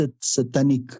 satanic